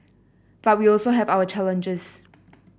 but we also have our challenges